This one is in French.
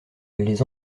les